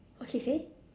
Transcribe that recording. okay say